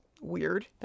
weird